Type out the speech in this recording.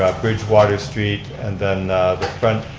ah bridgewater street and then the front